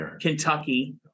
Kentucky